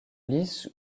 lisse